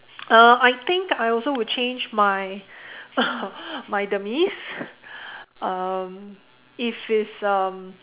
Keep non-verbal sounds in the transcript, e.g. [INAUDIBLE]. uh I think I also would change my [LAUGHS] my demise um if it's um